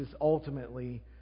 ultimately